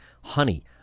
honey